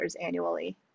annually